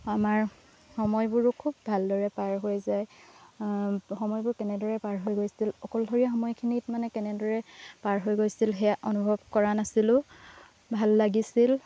আমাৰ সময়বোৰো খুব ভালদৰে পাৰ হৈ যায় সময়বোৰ কেনেদৰে পাৰ হৈ গৈছিল অকলশৰীয়া সময়খিনিত মানে কেনেদৰে পাৰ হৈ গৈছিল সেয়া অনুভৱ কৰা নাছিলোঁ ভাল লাগিছিল